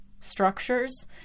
structures